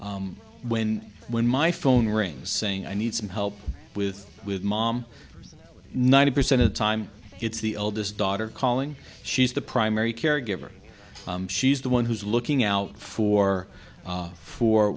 so when when my phone rings saying i need some help with with mom ninety percent of the time it's the oldest daughter calling she's the primary caregiver she's the one who's looking out for